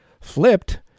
flipped